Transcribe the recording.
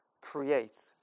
create